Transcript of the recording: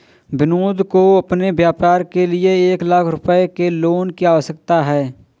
विनोद को अपने व्यापार के लिए एक लाख रूपए के लोन की आवश्यकता है